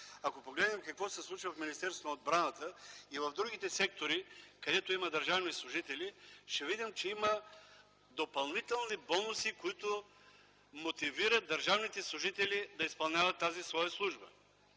на вътрешните работи, в Министерството на отбраната и в другите сектори, където има държавни служители, ще видим, че има допълнителни бонуси, които мотивират държавните служители да изпълняват тази своя служба.